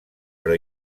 però